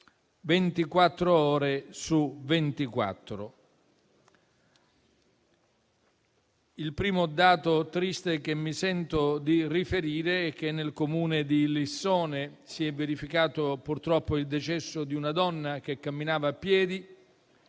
ventiquattro. Il primo dato triste che mi sento di riferire è che nel Comune di Lissone si è verificato, purtroppo, il decesso di una donna che camminava a piedi